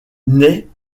naît